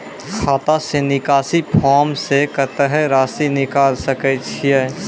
खाता से निकासी फॉर्म से कत्तेक रासि निकाल सकै छिये?